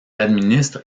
administre